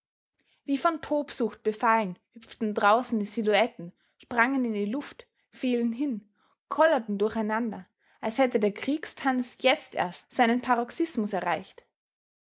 wie von tobsucht befallen hüpften draußen die silhouetten sprangen in die luft fielen hin kollerten durch einander als hätte der kriegstanz jetzt erst seinen paroxismus erreicht